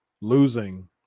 losing